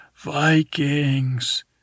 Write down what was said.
Vikings